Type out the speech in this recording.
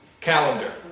calendar